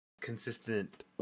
consistent